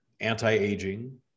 anti-aging